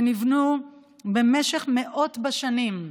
שנבנו במשך מאות בשנים,